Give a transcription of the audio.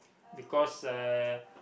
because uh